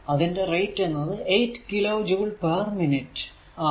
അതിന്റെ റേറ്റ് എന്നത് 8 kilo joule per minute ആണ്